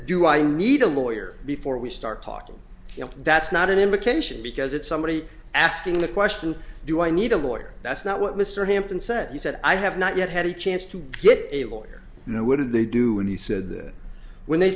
do i need a lawyer before we start talking that's not an indication because it's somebody asking the question do i need a lawyer that's not what mr hampton said he said i have not yet had a chance to get a lawyer you know what did they do when he said that when they